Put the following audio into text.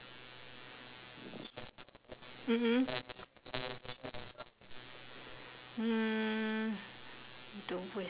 mmhmm mm